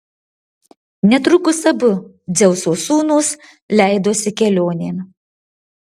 netrukus abu dzeuso sūnūs leidosi kelionėn